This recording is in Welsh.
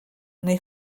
neu